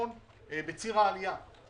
לפיתוח הפריפריה,